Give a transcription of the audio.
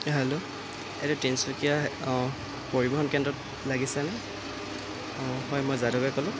hello এইটো তিনচুকীয়া অঁ পৰিবহণ কেন্দ্ৰত লাগিছেনে অঁ হয় মই যাদৱে ক'লোঁ